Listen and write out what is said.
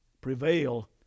prevail